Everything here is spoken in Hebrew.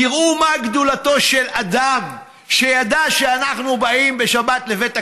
תראו מה גדולתו של אדם שידע שאנחנו באים בשבת לבית הכנסת,